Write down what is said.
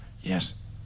Yes